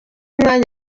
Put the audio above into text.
umwanya